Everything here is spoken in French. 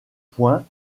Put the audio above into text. point